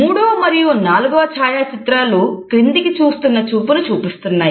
మూడు మరియు నాలుగవ ఛాయాచిత్రాలు క్రిందికి చూస్తున్న చూపును చూపిస్తున్నాయి